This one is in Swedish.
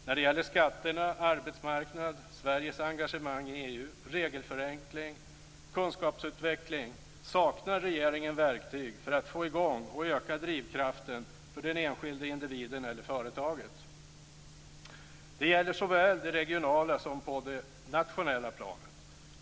När det gäller skatterna, arbetsmarknaden, Sveriges engagemang i EU, regelförenkling och kunskapsutveckling saknar regeringen verktyg för att få i gång och öka drivkraften för den enskilde individen eller företaget. Det gäller på såväl det regionala som det nationella planet.